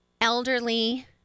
elderly